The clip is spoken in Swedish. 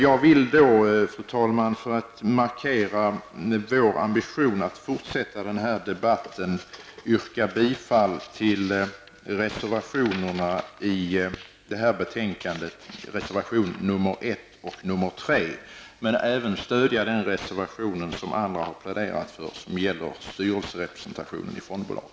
Jag vill, för att markera vår ambition för att fortsätta debatten, yrka bifall till reservationerna 1 och 3 i betänkandet, men även stödja den reservation som andra pläderat för och som gäller styrelserepresentationen i fondbolag.